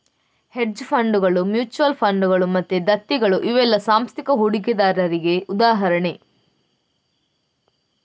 hedge ಫಂಡುಗಳು, mutual ಫಂಡುಗಳು ಮತ್ತೆ ದತ್ತಿಗಳು ಇವೆಲ್ಲ ಸಾಂಸ್ಥಿಕ ಹೂಡಿಕೆದಾರರಿಗೆ ಉದಾಹರಣೆ